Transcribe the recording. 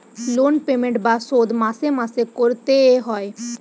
loan payment বা শোধ মাসে মাসে করতে এ হয়